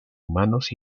humanos